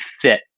fit